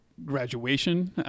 graduation